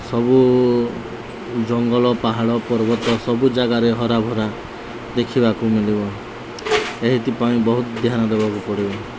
ସବୁ ଜଙ୍ଗଲ ପାହାଡ଼ ପର୍ବତ ସବୁ ଜାଗାରେ ହରା ଭରା ଦେଖିବାକୁ ମିଳିବ ଏଥିପାଇଁ ବହୁତ ଧ୍ୟାନ ଦେବାକୁ ପଡ଼ିବ